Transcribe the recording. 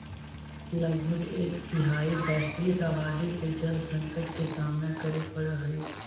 लगभग एक तिहाई वैश्विक आबादी के जल संकट के सामना करे पड़ऽ हई